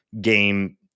game